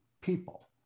people